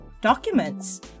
documents